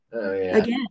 again